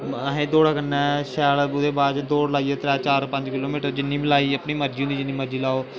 असें दौड़े कन्नै शैल ओह्दे बाद च दौड़ त्रै चार पंज किलो मीटर जिन्नी बी लाई अपनी मर्जी होंदी जिन्नी मर्जी लाओ